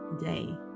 day